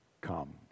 comes